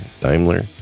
daimler